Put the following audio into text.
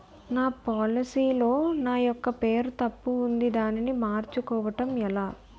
నా పోలసీ లో నా యెక్క పేరు తప్పు ఉంది దానిని మార్చు కోవటం ఎలా?